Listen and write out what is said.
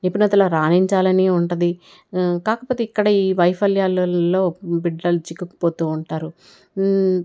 నిపుణతలో రాణించాలని ఉంటది కాకపోతే ఇక్కడ ఈ వైఫల్యాలల్లో బిడ్డలు చిక్కుకుపోతూ ఉంటారు